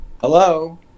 hello